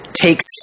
takes